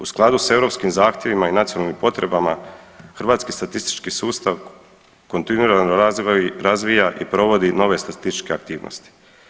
U skladu sa europskim zahtjevima i nacionalnim potrebama hrvatski statistički sustav kontinuirano razvija i provodi nove statističke aktivnosti.